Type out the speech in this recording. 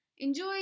Enjoy